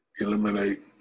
eliminate